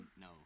No